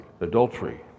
adultery